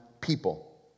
people